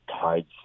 tides